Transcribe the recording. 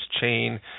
chain